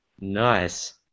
Nice